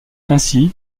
ainsi